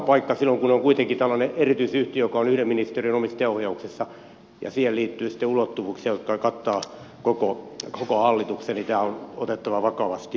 silloin kun on kuitenkin tällainen erityisyhtiö joka on yhden ministeriön omistajaohjauksessa ja siihen liittyy sitten ulottuvuuksia jotka kattavat koko hallituksen tämä on otettava vakavasti